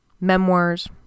memoirs